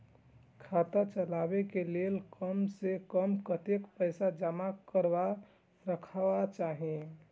खाता चलावै कै लैल कम से कम कतेक पैसा जमा रखवा चाहि